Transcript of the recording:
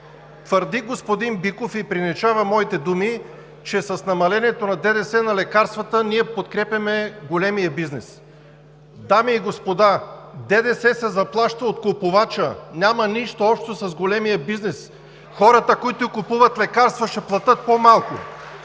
Твърди господин Биков и преиначава моите думи, че с намалението на ДДС на лекарствата ние подкрепяме големия бизнес. Дами и господа, ДДС се заплаща от купувача, няма нищо общо с големия бизнес. (Ръкопляскания от „БСП за България“.) Хората, които купуват лекарства, ще платят по-малко.